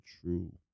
True